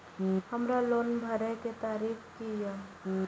हमर लोन भरय के तारीख की ये?